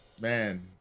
man